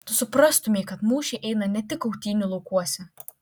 tu suprastumei kad mūšiai eina ne tik kautynių laukuose